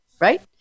right